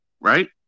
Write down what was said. right